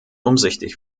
umsichtig